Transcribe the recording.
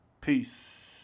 peace